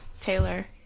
Taylor